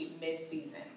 mid-season